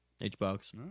H-Box